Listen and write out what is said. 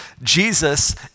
Jesus